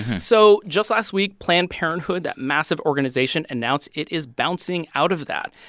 so just last week, planned parenthood, that massive organization, announced it is bouncing out of that.